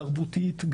תרבותית,